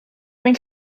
mwyn